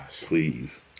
Please